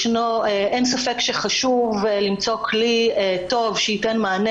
אין ספק שחשוב למצוא כלי טוב שייתן מענה